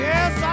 Yes